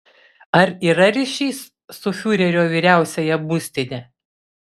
ar yra ryšys su fiurerio vyriausiąja būstine